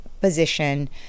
position